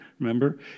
Remember